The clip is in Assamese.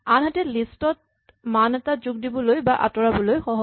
আনহাতে লিষ্ট ত মান এটা যোগ দিবলৈ বা আঁতৰাবলৈ সহজ